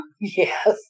Yes